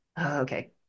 okay